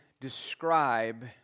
describe